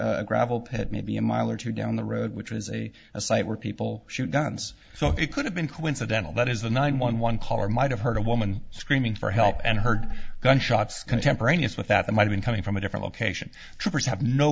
a gravel pit maybe a mile or two down the road which is a a site where people shoot guns so it could have been coincidental that is the nine one one call or might have heard a woman screaming for help and heard gunshots contemporaneous with that that might even coming from a different location